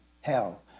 hell